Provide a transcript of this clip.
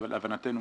להבנתנו,